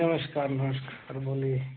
नमस्कार नमस्कार सर बोलिए